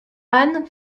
anne